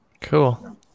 Cool